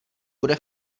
bude